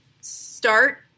start